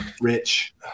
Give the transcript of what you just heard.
rich